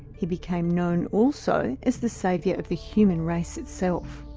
he became known also as the saviour of the human race itself.